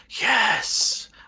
yes